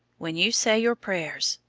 when you say your prayers,